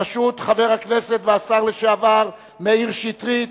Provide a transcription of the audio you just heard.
בראשות חבר הכנסת והשר לשעבר מאיר שטרית,